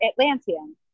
Atlantean